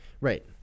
Right